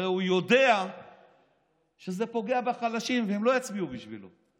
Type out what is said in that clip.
הרי הוא יודע שזה פוגע בחלשים והם לא יצביעו בשבילו.